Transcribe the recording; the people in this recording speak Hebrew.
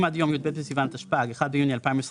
אם עד יום י"ב בסיוון התשפ"ג (1 ביוני 2023)